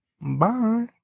Bye